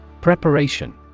Preparation